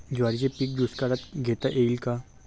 ज्वारीचे पीक दुष्काळात घेता येईल का?